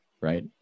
right